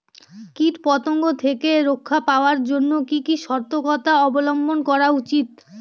কীটপতঙ্গ থেকে রক্ষা পাওয়ার জন্য কি কি সর্তকতা অবলম্বন করা উচিৎ?